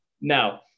No